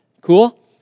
Cool